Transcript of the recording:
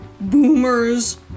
boomers